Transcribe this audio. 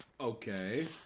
Okay